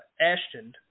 Ashton